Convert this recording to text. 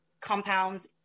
compounds